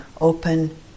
open